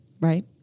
Right